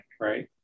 right